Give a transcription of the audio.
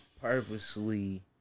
purposely